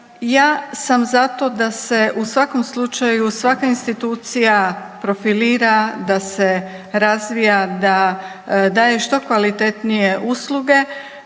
Ja sam zato da se u svakom slučaju i svaka institucija profilira da se razvija, da daje što kvalitetnije usluge,